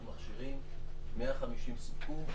סופקו,